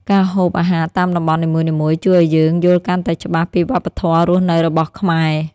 ការហូបអាហារតាមតំបន់នីមួយៗ ជួយឱ្យយើងយល់កាន់តែច្បាស់ពីវប្បធម៌រស់នៅរបស់ខ្មែរ។